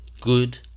good